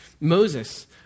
Moses